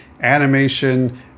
animation